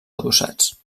adossats